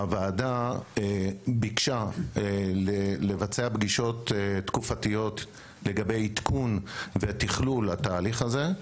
הוועדה ביקשה לבצע פגישות תקופתיות לגבי עדכון ותכלול התהליך הזה.